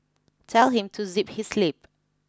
tell him to zip his lip